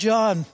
John